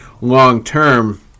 long-term